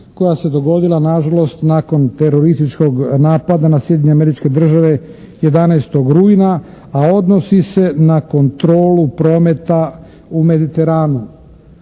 koja se dogodila nažalost nakon terorističkog napada na Sjedinjene Američke Države 11. rujna a odnosi se na kontrolu prometa u Mediteranu.